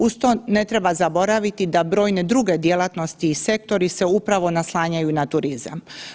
Uz to ne treba zaboraviti da brojne druge djelatnosti i sektori se upravo naslanjaju na turizam.